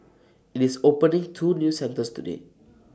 IT is opening two new centres today